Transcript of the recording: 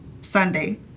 Sunday